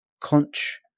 Conch